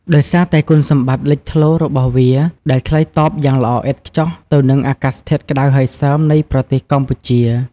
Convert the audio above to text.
ដោយសារតែគុណសម្បត្តិលេចធ្លោរបស់វាដែលឆ្លើយតបយ៉ាងល្អឥតខ្ចោះទៅនឹងអាកាសធាតុក្ដៅហើយសើមនៃប្រទេសកម្ពុជា។